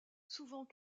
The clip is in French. souvent